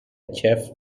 chef